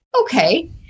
Okay